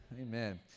amen